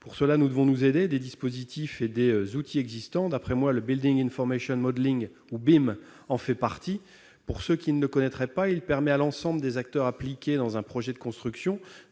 Pour ce faire, nous devons nous aider des dispositifs et des outils existants. D'après moi, le, ou bâti immobilier modélisé- BIM -, en fait partie. Pour ceux qui ne le connaîtraient pas, cet outil permet à l'ensemble des acteurs impliqués dans un projet de construction